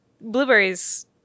blueberries